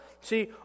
See